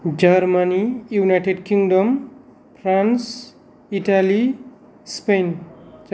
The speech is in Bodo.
Germany United Kingdom France Italy Spain